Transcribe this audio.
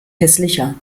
hässlicher